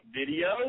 video